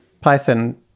Python